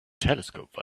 telescope